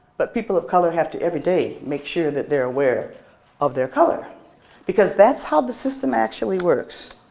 but people of color have to everyday make sure that they're aware of their color because that's how the system actually works.